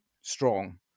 strong